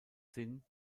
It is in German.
sinn